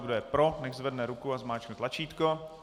Kdo je pro, nechť zvedne ruku a zmáčkne tlačítko.